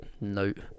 note